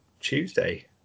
Tuesday